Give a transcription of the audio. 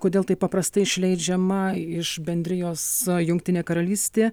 kodėl taip paprastai išleidžiama iš bendrijos jungtinė karalystė